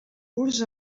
curs